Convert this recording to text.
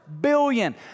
Billion